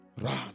Run